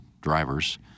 drivers